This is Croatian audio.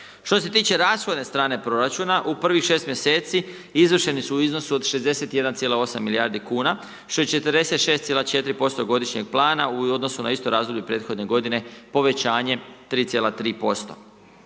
Što se tiče rashodne strane proračuna u prvih 6 mjeseci izvršeni su u iznosu od 61,8 milijardi kuna što je 46,4% godišnjeg plana u odnosu na isto razdoblje prethodne godine povećanjem 3,3%.